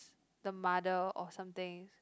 the mother or something